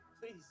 Please